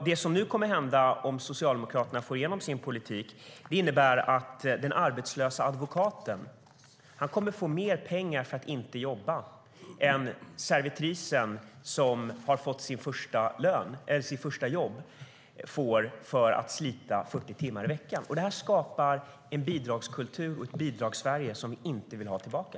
Det som kommer att hända om Socialdemokraterna får igenom sin politik är att den arbetslöse advokaten kommer att få mer pengar för att inte jobba än servitrisen som fått sitt första jobb får för att slita 40 timmar i veckan. Det skapar en bidragskultur, ett Bidragssverige, som vi inte vill ha tillbaka.